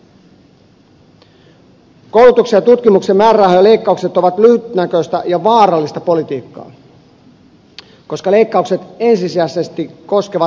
koulutuksen ja tutkimuksen määrärahojen leikkaukset ovat lyhytnäköistä ja vaarallista politiikkaa koska leikkaukset ensisijaisesti koskevat nuoria